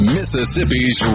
Mississippi's